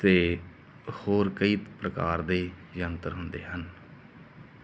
ਅਤੇ ਹੋਰ ਕਈ ਪ੍ਰਕਾਰ ਦੇ ਯੰਤਰ ਹੁੰਦੇ ਹਨ